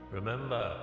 Remember